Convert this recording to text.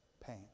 pain